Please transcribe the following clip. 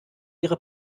ihre